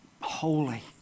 Holy